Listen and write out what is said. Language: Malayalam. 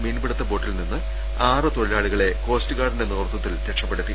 മീൻപിടുത്ത ബോട്ടിൽ നിന്ന് ആറു തൊഴിലാളികളെ കോസ്റ്റ് ഗാർഡിന്റെ നേതൃത്വത്തിൽ രക്ഷപ്പെടുത്തി